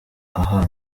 aha